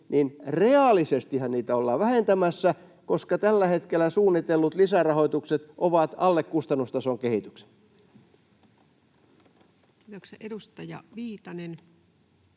eivät: reaalisestihan niitä ollaan vähentämässä, koska tällä hetkellä suunnitellut lisärahoitukset ovat alle kustannustason kehityksen. [Speech 44] Speaker: